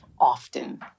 often